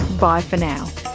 bye for now